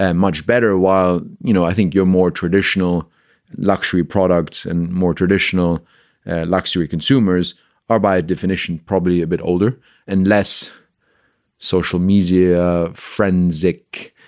and much better a while. you know, i think you're more traditional luxury products and more traditional luxury consumers are by definition, probably a bit older and less social media frenzy. like